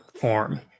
form